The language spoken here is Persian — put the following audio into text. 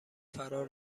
فرا